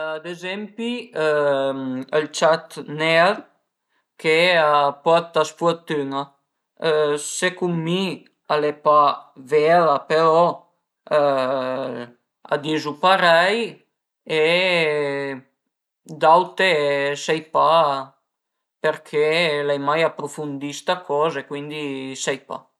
Ad ezempi ël ciat ner che a porta sfurtün-a, secund mi al e pa vera però a dizu parei e d'aute sai pa përché l'ai mai aprufundì sta coza e cuindi sai pa